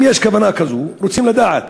אם יש כוונה כזו, רוצים לדעת.